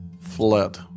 fled